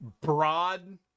broad